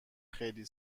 خیلی